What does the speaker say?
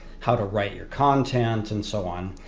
how to write your content and so on.